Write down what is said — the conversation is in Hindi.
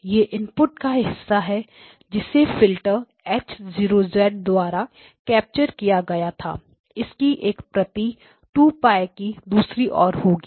यह इनपुट का हिस्सा है जिसे फिल्टर H 0 द्वारा कैप्चर किया गया था इसकी एक प्रति 2 π की दूसरी ओर होगी